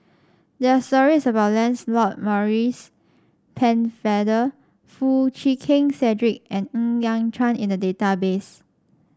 there are stories about Lancelot Maurice Pennefather Foo Chee Keng Cedric and Ng Yat Chuan in the database